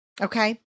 Okay